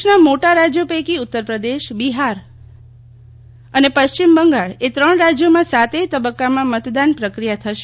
દેશના મોટા રાજયો પૈકી ઉત્તરપ્રદેશબિહાર અને પશ્રિમ બંગાળ એ ત્રણ રાજયોમાં સાતેય તબક્કામાં મતદાન પ્રક્રિયા થસે